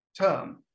term